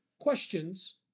questions